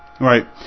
Right